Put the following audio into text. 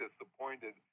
disappointed